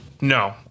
no